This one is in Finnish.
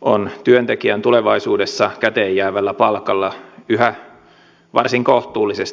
on työntekijän tulevaisuudessa käteenjäävällä palkalla yhä varsin kohtuullisesti ostovoimaa